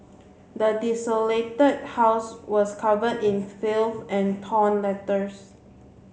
the desolated house was covered in filth and torn letters